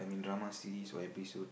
drama series or episode